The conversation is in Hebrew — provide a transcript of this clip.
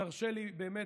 ותרשה לי באמת,